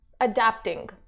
adapting